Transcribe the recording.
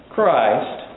Christ